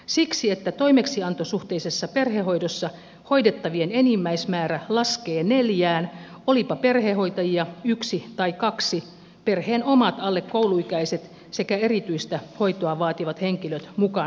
siksi että toimeksiantosuhteisessa perhehoidossa hoidettavien enimmäismäärä laskee neljään olipa perhehoitajia yksi tai kaksi perheen omat alle kouluikäiset sekä erityistä hoitoa vaativat henkilöt mukaan lukien